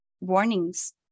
warnings